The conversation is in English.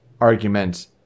argument